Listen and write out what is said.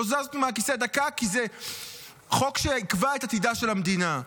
לא זזנו מהכיסא דקה כי זה חוק שיקבע את עתידה של המדינה,